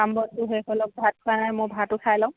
কাম বনবোৰ শেষ হৈ লওক ভাত খোৱাই নাই মই ভাতো খাই লওঁ